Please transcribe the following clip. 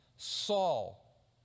Saul